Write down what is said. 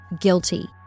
guilty